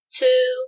two